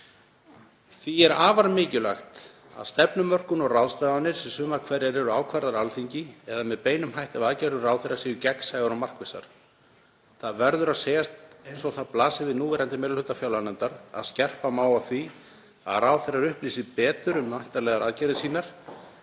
Því er afar mikilvægt að stefnumörkun og ráðstafanir, sem sumar hverjar eru ákvarðaðar af Alþingi eða með beinum hætti með aðgerðum ráðherra, séu gegnsæjar og markvissar. Það verður að segjast eins og er að það blasir við núverandi meiri hluta fjárlaganefndar að skerpa má á því að ráðherrar upplýsi betur um væntanlegar aðgerðir sínar